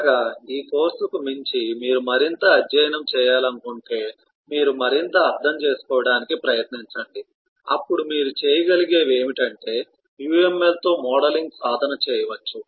చివరగా ఈ కోర్సుకు మించి మీరు మరింత అధ్యయనం చేయాలనుకుంటే మీరు మరింత అర్థం చేసుకోడానికి ప్రయత్నించండి అప్పుడు మీరు చేయగలిగేవి ఏమిటంటే UML తో మోడలింగ్ సాధన చేయవచ్చు